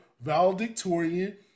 Valedictorian